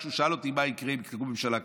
כשהוא שאל אותי מה יקרה אם תקום ממשלה כזאת.